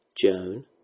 Joan